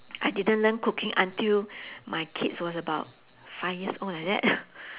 I didn't learn cooking until my kids was about five years old like that